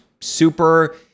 super